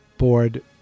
board